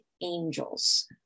angels